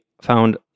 found